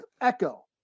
echo